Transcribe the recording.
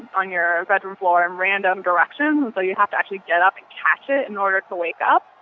on your bedroom floor in random directions so you have to actually get up and catch it in order to wake up.